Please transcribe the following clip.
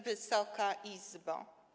Wysoka Izbo!